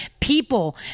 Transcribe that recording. People